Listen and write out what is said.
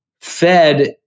fed